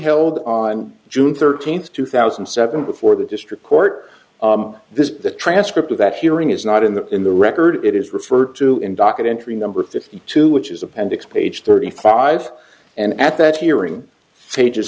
held on june thirteenth two thousand and seven before the district court this the transcript of that hearing is not in the in the record it is referred to in docket entry number fifty two which is appendix page thirty five and at that hearing pages